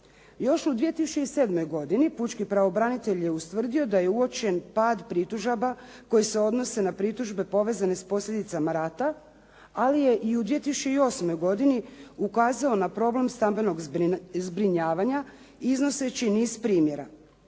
Još u 2007. godini pučki pravobranitelj je ustvrdio da je uočen pad pritužaba koje se odnose na pritužbe povezane s posljedicama rata. Ali je i u 2008. godini ukazao na problem stambenog zbrinjavanja iznoseći niz primjera.